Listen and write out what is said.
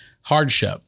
hardship